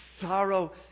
sorrow